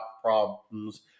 problems